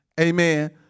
Amen